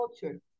culture